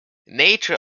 nature